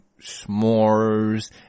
s'mores